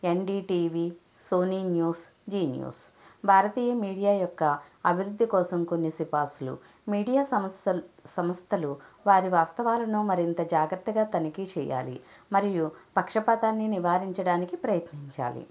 NDTV Sony news Zee news భారతీయ media యొక్క అభివృద్ధి కోసం కొన్ని సిఫార్సులు మీడియా సంస్త్ సంస్థలు వారి వాస్తవాలను మరింత జాగ్రత్తగా తనిఖీ చేయాలి మరియు పక్షపాతాన్ని నివారించడానికి ప్రయత్నించాలి